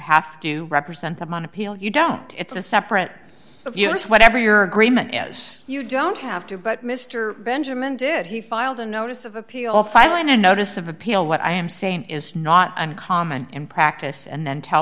have to represent them on appeal you don't it's a separate but yes whatever your agreement yes you don't have to but mr benjamin did he filed a notice of appeal filing a notice of appeal what i am saying is not uncommon in practice and then tell